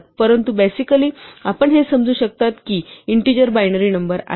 परंतु बेसिकली आपण असे समजू शकता की इंटीजर बायनरी नंबर आहेत